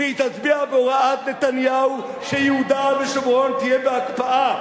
והיא תצביע בהוראות נתניהו שביהודה ושומרון תהיה הקפאה.